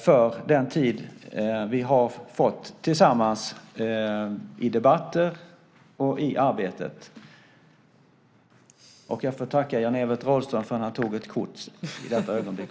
för den tid vi har haft tillsammans i debatter och i arbetet. Jag får också tacka Jan-Evert Rådhström för att han tog ett kort i detta ögonblick.